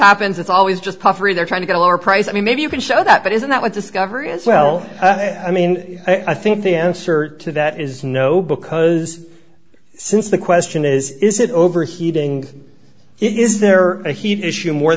happens it's always just puffery they're trying to get a lower price i mean maybe you can show that but isn't that what discovery as well i mean i think the answer to that is no because since the question is is it overheating is there a heat issue more